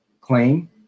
claim